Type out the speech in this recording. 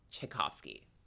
Tchaikovsky